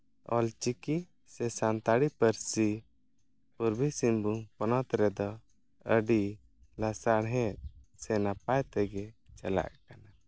ᱚᱞᱪᱤᱠᱤ ᱥᱮ ᱥᱟᱱᱛᱟᱲᱤ ᱯᱟᱹᱨᱥᱤ ᱯᱩᱨᱵᱚ ᱥᱤᱝᱵᱷᱩᱢ ᱦᱚᱱᱚᱛ ᱨᱮᱫᱚ ᱟᱹᱰᱤ ᱞᱟᱥᱟᱲᱦᱮᱫ ᱥᱮ ᱱᱟᱯᱟᱭ ᱛᱮᱜᱮ ᱪᱟᱞᱟᱜ ᱠᱟᱱᱟ